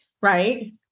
right